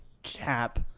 Cap